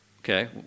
Okay